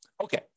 Okay